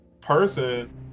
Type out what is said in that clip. person